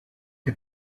que